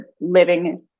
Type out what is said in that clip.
living